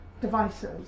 devices